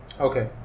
Okay